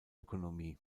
ökonomie